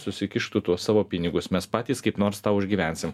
susikišk tu tuos savo pinigus mes patys kaip nors tą užgyvensim